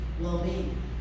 well-being